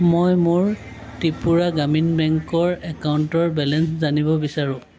মই মোৰ ত্ৰিপুৰা গ্ৰামীণ বেংকৰ একাউণ্টৰ বেলেঞ্চ জানিব বিচাৰোঁ